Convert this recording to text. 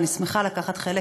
אני שמחה לקחת חלק